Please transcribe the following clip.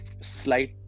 slight